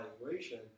evaluation